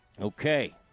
Okay